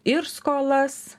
ir skolas